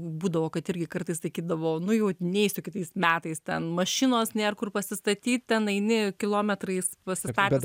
būdavo kad irgi kartais taikydavom nu jau neisiu kitais metais ten mašinos nėr kur pasistatyt ten eini kilometrais pasistatęs